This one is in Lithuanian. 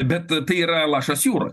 bet tai yra lašas jūroj